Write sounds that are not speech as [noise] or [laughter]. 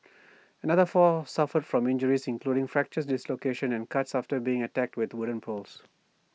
[noise] another four suffered from injuries including fractures dislocations and cuts after being attacked with wooden poles